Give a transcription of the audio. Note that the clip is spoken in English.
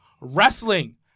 Wrestling